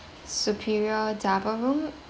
superior double room